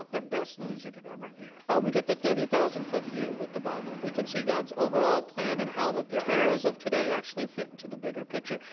the best news you could ever hear. oh, we get the thirty thousand foot view with the bible. we can see god's overall plan and how the yeah terrors of today actually fit into the bigger picture.